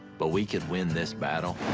but we can win this battle.